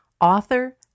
author